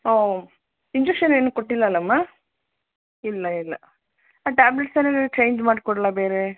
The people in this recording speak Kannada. ಓಹ್ ಇಂಜೆಕ್ಷನ್ ಏನು ಕೊಟ್ಟಿಲ್ಲಲ್ಲಾಮ್ಮ ಇಲ್ಲ ಇಲ್ಲ ಆ ಟ್ಯಾಬ್ಲೆಟ್ಸ್ ಏನಾರು ಚೇಂಜ್ ಮಾಡಿಕೊಡ್ಲಾ ಬೇರೆ